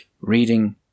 reading